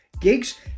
gigs